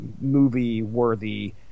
Movie-worthy